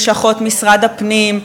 לשכות משרד הפנים,